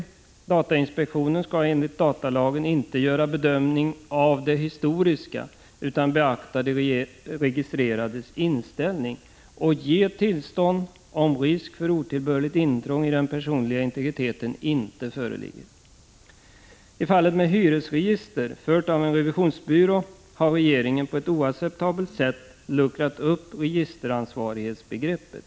Datainspektionen skall ragg AR RÅ ; ä d MER ES dens tjänsteutövning enligt datalagen inte göra någon bedömning av det historiska utan beakta de m.m. registrerades inställning och ge tillstånd, om risk för otillbörligt intrång i den personliga integriteten inte föreligger. Regeringens handlägg I fallet med ett hyresregister fört av en revisionsbyrå har regeringen på ett ning av datafrågor oacceptabelt sätt luckrat upp registeransvarighetsbegreppet.